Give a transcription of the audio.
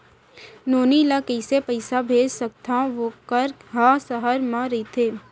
नोनी ल कइसे पइसा भेज सकथव वोकर ह सहर म रइथे?